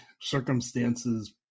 circumstances